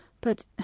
but